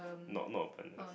not not openness